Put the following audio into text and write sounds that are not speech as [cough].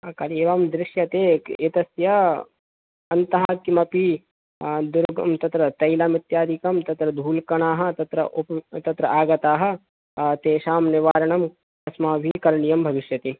एवं दृश्यते एतस्य अन्तः किमपि दुर्गं तत्र तैलम् इत्यादिकं तत्र धूलिकणाः [unintelligible] तत्र आगताः तेषां निवारणं अस्माभिः करणीयं भविष्यति